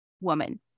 woman